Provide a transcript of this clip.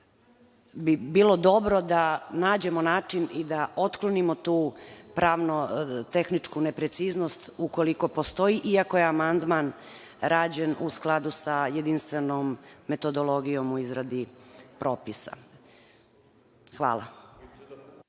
bi bilo dobro da nađemo način i da otklonimo tu pravno-tehničku nepreciznost ukoliko postoji, iako je amandman rađen u skladu sa jedinstvenom metodologijom u izradi propisa. Hvala.